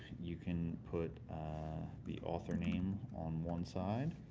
you can put the author name on one side